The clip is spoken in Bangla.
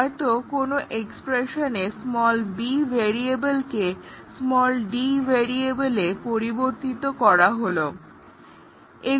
হয়তো কোনো এক্সপ্রেশনে b ভেরিয়েবলকে d ভেরিয়েবলে পরিবর্তিত করা হলো ইত্যাদি